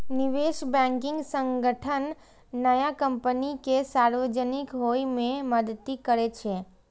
निवेश बैंकिंग संगठन नया कंपनी कें सार्वजनिक होइ मे मदति करै छै